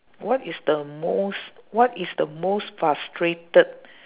what is the most what is the most frustrated